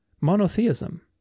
monotheism